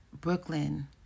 Brooklyn